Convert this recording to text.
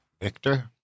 Victor